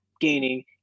gaining